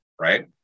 Right